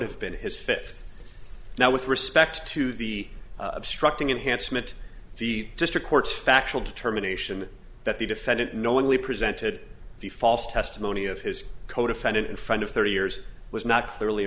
have been his fifth now with respect to the obstructing enhancement the district court's factual determination that the defendant knowingly presented the false testimony of his codefendant in front of thirty years was not